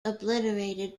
obliterated